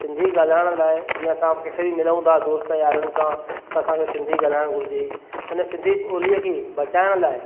सिंधी ॻाल्हाइण लाइ जीअं असां किथे बि मिलूं था दोस्त यारनि सां त असां खे सिंधी ॻाल्हाइणु घुरिजे इन सिंधीअ ॿोलीअ खे बचाइण लाइ